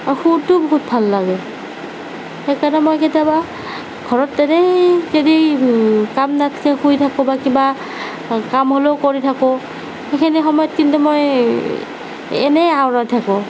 অঁ সুৰটো বহুত ভাল লাগে সেইকাৰণে মই কেতিয়াবা ঘৰত এনেই তেনেই কাম নাথাকিলে শুই থাকোঁ বা কিবা কাম হ'লেও কৰি থাকোঁ সেইখিনি সময়ত কিন্তু মই এনেই আওৰাই থাকোঁ